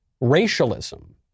racialism